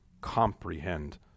comprehend